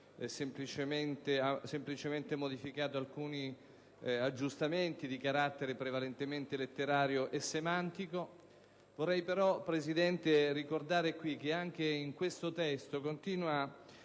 semplicemente apportato alcuni aggiustamenti di carattere prevalentemente letterario e semantico. Vorrei però, Presidente, ricordare qui che anche in questo testo continua